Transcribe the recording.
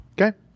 Okay